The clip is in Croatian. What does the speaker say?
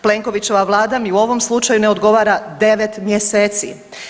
Plenkovićeva Vlada ni u ovom slučaju ne odgovara 9 mjeseci.